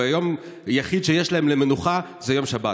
והיום היחיד שיש להם למנוחה זה יום שבת,